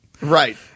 Right